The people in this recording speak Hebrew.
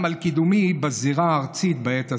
גם על קידומי בזירה הארצית בעת הזאת.